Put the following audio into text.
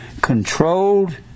controlled